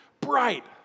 bright